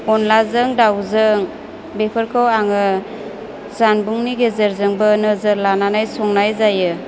अनलाजों दावजों बेफोरखौ आङो जानबुंनि गेजेरजोंबो नोजोर लानानै संनाय जायो